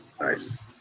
Nice